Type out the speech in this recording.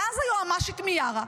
ואז היועמ"שית מיארה,